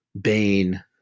Bane